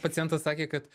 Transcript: pacientas sakė kad